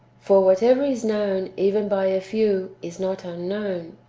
for, whatever is known even by a few, is not unknown.